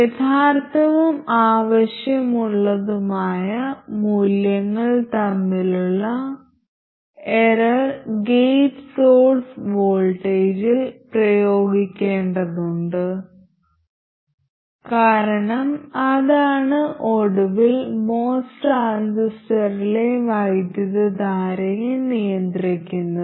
യഥാർത്ഥവും ആവശ്യമുള്ളതുമായ മൂല്യങ്ങൾ തമ്മിലുള്ള എറർ ഗേറ്റ് സോഴ്സ് വോൾട്ടേജിൽ പ്രയോഗിക്കേണ്ടതുണ്ട് കാരണം അതാണ് ഒടുവിൽ MOS ട്രാൻസിസ്റ്ററിലെ വൈദ്യുതധാരയെ നിയന്ത്രിക്കുന്നത്